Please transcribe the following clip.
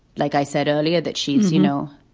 like i said earlier, that she's, you know,